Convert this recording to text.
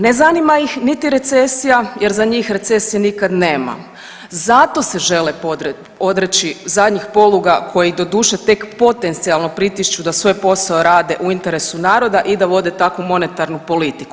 Ne zanima ih niti recesija jer za njih recesije nikad nema, zato se žele odreći zadnjih poluga koji doduše tek potencijalno pritišću da svoj posao rade u interesu naroda i da vode takvu monetarnu politiku.